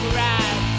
ride